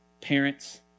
parents